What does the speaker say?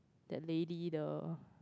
that lady the